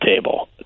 table